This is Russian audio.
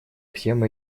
всем